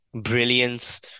brilliance